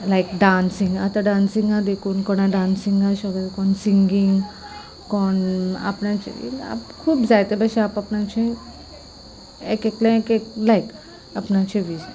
लायक dancing आतां डांसिंगा देखून कोणा डांसिंगा शक कोण सिंगींग कोण आपणाचें खूब जायते भशेन आप आपणाचें एक एकलें एक एक लायक आपणाचें वीश